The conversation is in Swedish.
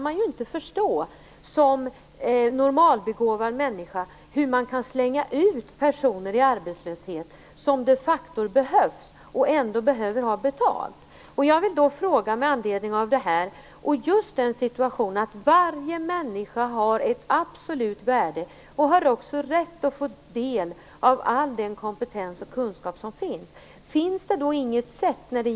Man kan som normalbegåvad människa inte förstå hur man kan slänga ut människor som de facto behövs och ändå måste ha betalt i arbetslöshet. Varje människa har ett absolut värde och också rätt att få del av all den kompetens och kunskap som finns.